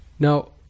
Now